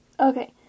Okay